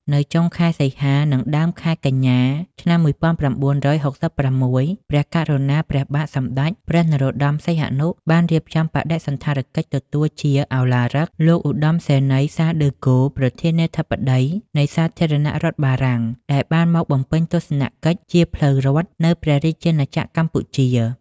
នៅចុងខែសីហា និងដើមខែកញ្ញា ឆ្នាំ១៩៦៦ ព្រះករុណា ព្រះបាទសម្តេចព្រះនរោត្តម សីហនុ បានរៀបចំបដិសណ្ឋារកិច្ចទទួលជា¬ឧឡារិក លោកឧត្តមសេនីយ៍ សាល ដឺហ្គោល ប្រធានាធិបតីនៃសាធារណរដ្ឋបារំាង ដែលបានមកបំពេញទស្សន កិច្ចជាផ្លូវរដ្ឋនៅព្រះរាជាណាចក្រកម្ពុជា។